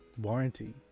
warranty